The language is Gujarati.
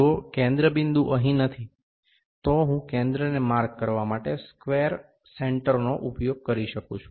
જો કેન્દ્ર બિંદુ અહીં નથી તો હું કેન્દ્રને માર્ક કરવા માટે સેન્ટર સ્ક્વેરનો ઉપયોગ કરી શકું છું